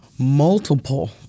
multiple